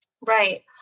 Right